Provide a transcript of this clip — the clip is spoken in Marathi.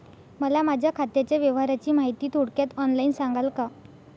मला माझ्या खात्याच्या व्यवहाराची माहिती थोडक्यात ऑनलाईन सांगाल का?